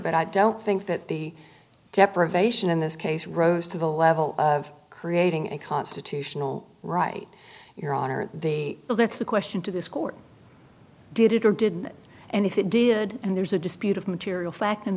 but i don't think that the deprivation in this case rose to the level of creating a constitutional right your honor the bill that's the question to this court did it or did it and if it did and there's a dispute of material fact and